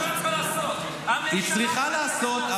היא צריכה לעשות,